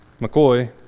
McCoy